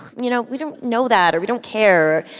you know, we don't know that or we don't care,